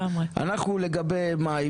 אנחנו לגבי מים,